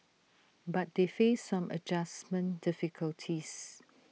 but they faced some adjustment difficulties